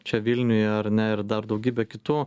čia vilniuje ar ne ir dar daugybė kitų